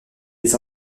les